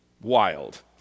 wild